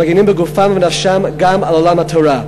המגינים בגופם ובנפשם גם על עולם התורה.